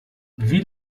wie